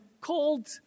called